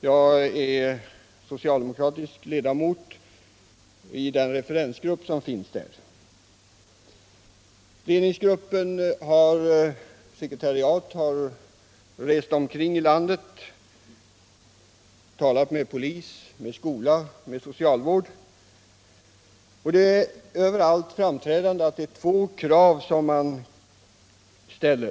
Jag är socialdemokratisk ledamot i den referensgrupp som finns där. Gruppens sekretariat har rest omkring i landet och talat med polis och med företrädare för skola och socialvård, och då har det varit påfallande att framför allt två krav överallt ställs.